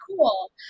cool